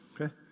Okay